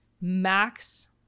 max